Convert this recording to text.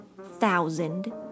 Thousand